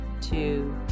two